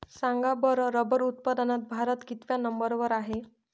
सांगा बरं रबर उत्पादनात भारत कितव्या नंबर वर आहे?